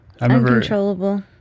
Uncontrollable